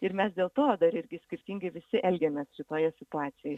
ir mes dėl to dar irgi skirtingai visi elgiamės šitoje situacijoj